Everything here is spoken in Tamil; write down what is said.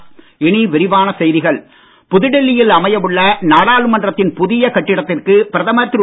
மோடி நாடாளுமன்றம் புதுடெல்லியில் அமைய உள்ள நாடாளுமன்றத்தின் புதிய கட்டிடத்திற்கு பிரதமர் திரு